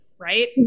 Right